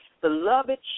beloved